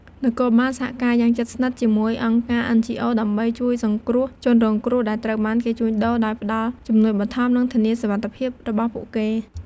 នគរបាលសហការយ៉ាងជិតស្និទ្ធជាមួយអង្គការ អិន ជី អូ ដើម្បីជួយសង្គ្រោះជនរងគ្រោះដែលត្រូវបានគេជួញដូរ ដោយផ្តល់ជំនួយបឋម និងធានាសុវត្ថិភាពរបស់ពួកគេ។